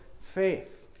faith